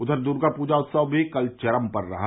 उधर दुर्गा पूजा उत्सव भी कल चरम पर रहा